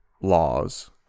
laws